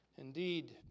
Indeed